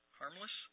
harmless